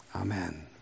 amen